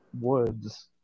woods